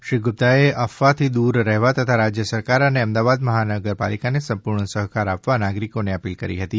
શ્રી ગુપ્તાએ અફવાથી દૂર રહેવા તથા રાજ્ય સરકાર અને અમદાવાદ મહાનગરપાલિકાને સંપૂર્ણ સહકાર આપવા નાગરિકોને અપીલ કરી છે